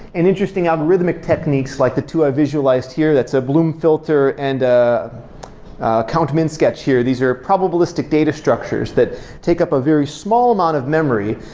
and interesting algorithmic techniques, like the two i visualized here that's a bloom filter and a count them in sketch here, these are probabilistic data structures that take up a very small amount of memory,